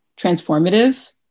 transformative